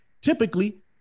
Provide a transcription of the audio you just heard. typically